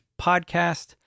podcast